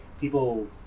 people